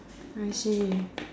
I see